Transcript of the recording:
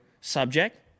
subject